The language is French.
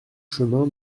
chemin